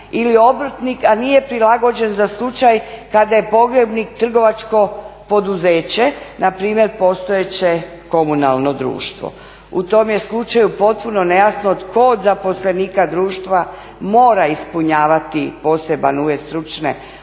ili obrtnik, a nije prilagođen za slučaj kada je pogrebnik trgovačko poduzeće npr. postojeće komunalno društvo. U tom je slučaju potpuno nejasno tko od zaposlenika društva mora ispunjavati poseban uvjet stručne